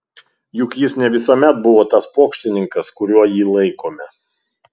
juk jis ne visuomet buvo tas pokštininkas kuriuo jį laikome